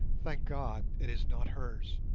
thank god it is not hers